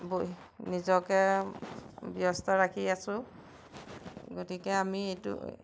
ব নিজকে ব্যস্ত ৰাখি আছোঁ গতিকে আমি এইটো